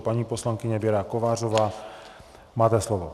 Paní poslankyně Věro Kovářová, máte slovo.